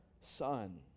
son